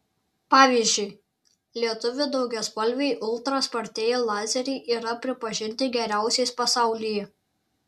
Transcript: pavyzdžiui lietuvių daugiaspalviai ultra spartieji lazeriai yra pripažinti geriausiais pasaulyje